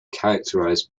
characterized